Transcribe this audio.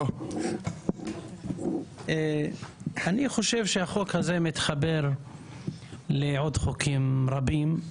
אני חושב שהחוק הזה מתחבר לעוד חוקים רבים,